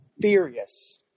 furious